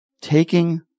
Taking